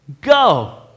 go